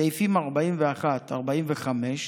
סעיפים 41, 45,